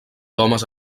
homes